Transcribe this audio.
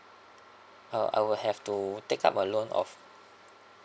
uh I will have to take up a loan of